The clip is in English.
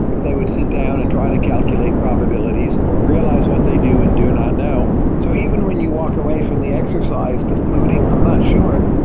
if they would sit down and try to calculate probabilities, realize what they do and do not know. so even when you walk away from the exercise concluding, i'm not sure.